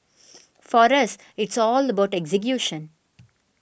for us it's all about execution